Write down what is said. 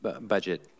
budget